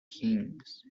kings